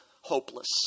hopeless